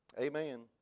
Amen